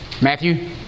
Matthew